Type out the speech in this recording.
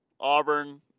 Auburn